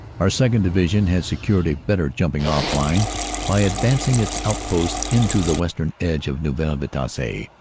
our second. divi sion had secured a better jumping-off line by advancing its outposts into the vestern edge of neuville. vitasse,